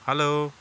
hello